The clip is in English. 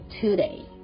today